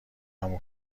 عمو